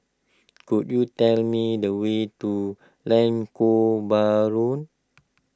could you tell me the way to Lengkok Bahru